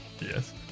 yes